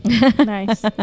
Nice